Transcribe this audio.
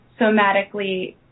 somatically